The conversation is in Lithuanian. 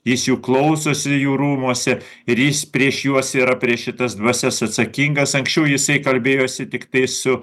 jis jų klausosi jų rūmuose ir jis prieš juos yra prieš šitas dvasias atsakingas anksčiau jisai kalbėjosi tiktai su